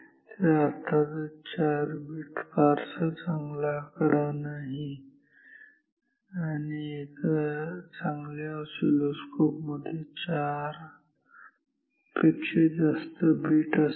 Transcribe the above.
ते अर्थातच 4 बिट फारसा चांगला आकडा नाही आणि एका चांगल्या ऑसिलोस्कोप मध्ये चार पेक्षा जास्त बिट असतात